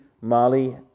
mali